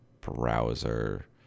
browser